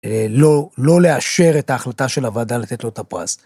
לא, לא לאשר את ההחלטה של הוועדה לתת לו את הפרס.